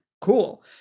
cool